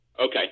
Okay